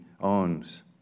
owns